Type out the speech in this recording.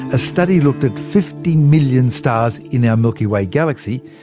a study looked at fifty million stars in our milky way galaxy,